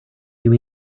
mean